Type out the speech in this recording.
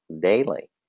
daily